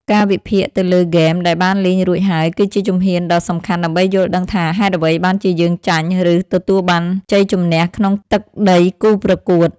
ការវិភាគទៅលើហ្គេមដែលបានលេងរួចហើយគឺជាជំហានដ៏សំខាន់ដើម្បីយល់ដឹងថាហេតុអ្វីបានជាយើងចាញ់ឬទទួលបានជ័យជម្នះក្នុងទឹកដីគូប្រកួត។